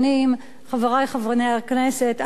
חברי חברי הכנסת, אל תטעו.